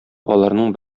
аларның